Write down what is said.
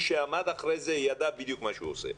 שעמד מאחורי זה ידע בדיוק מה הוא עושה.